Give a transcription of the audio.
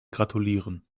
gratulieren